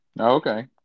okay